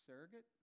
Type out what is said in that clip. surrogate